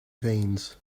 veins